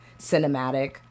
cinematic